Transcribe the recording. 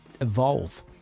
evolve